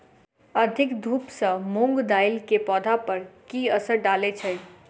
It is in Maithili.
अधिक धूप सँ मूंग दालि केँ पौधा पर की असर डालय छै?